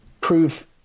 prove